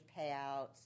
payouts